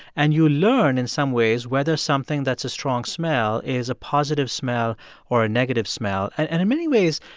and you learn, in some ways, whether something that's a strong smell is a positive smell or a negative smell. and and in many ways,